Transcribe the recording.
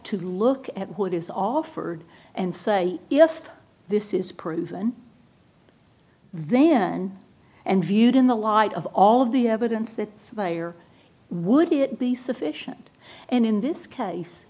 to look at what is offered and say if this is proven then and viewed in the light of all of the evidence that they are would it be sufficient and in this case